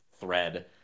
thread